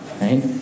right